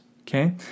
Okay